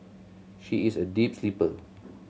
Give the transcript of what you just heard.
she is a deep sleeper